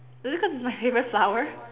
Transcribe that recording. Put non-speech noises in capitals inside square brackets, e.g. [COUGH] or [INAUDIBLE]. is it cause it's my favorite flower [LAUGHS]